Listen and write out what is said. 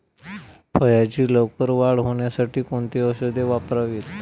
फळाची लवकर वाढ होण्यासाठी कोणती औषधे वापरावीत?